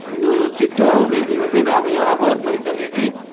लु छिटो ल्याइदिनुहोस् है दादा म यहाँ अभर परिसके कि